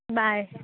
bye